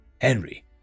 Henry